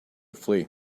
flee